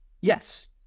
Yes